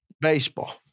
Baseball